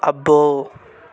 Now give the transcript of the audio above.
అబ్బో